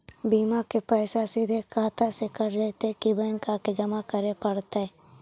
बिमा के पैसा सिधे खाता से कट जितै कि बैंक आके जमा करे पड़तै?